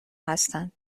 هستند